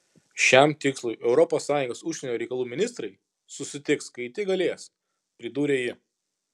šiam tikslui europos sąjungos užsienio reikalų ministrai susitiks kai tik galės pridūrė ji